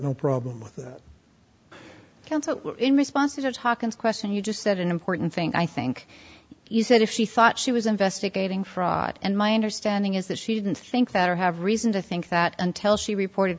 no problem with the council in response to talk and question you just said an important thing i think you said if she thought she was investigating fraud and my understanding is that she didn't think that or have reason to think that until she reported